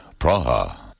Praha